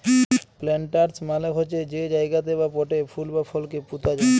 planters মালে হছে যে জায়গাতে বা পটে ফুল বা ফলকে পুঁতা যায়